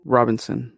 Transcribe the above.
Robinson